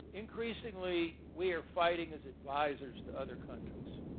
increasingly we are fighting as advisors to other countries.